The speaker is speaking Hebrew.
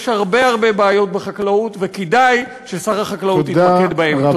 יש הרבה הרבה בעיות בחקלאות וכדאי ששר החקלאות יתמקד בהן.